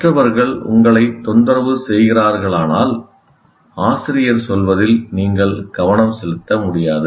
மற்றவர்கள் உங்களைத் தொந்தரவு செய்கிறார்களானால் ஆசிரியர் சொல்வதில் நீங்கள் கவனம் செலுத்த முடியாது